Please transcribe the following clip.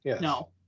No